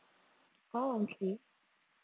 oh okay